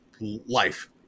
life